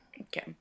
Okay